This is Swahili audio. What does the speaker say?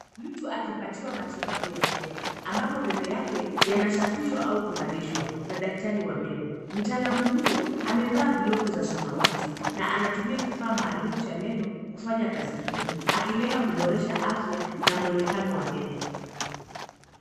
Mtu akipatiwa matibabu ya meno, ambapo meno yake yanasafishwa au kung'arishwa na daktari wa meno. Mtaalamu huyo, amevaa glavu za samawati na anatumia kifaa maalumu cha meno kufanya kazi hiyo, akilenga kuboresha afya na mwonekano wa meno.